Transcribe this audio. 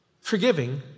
Forgiving